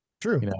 True